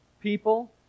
people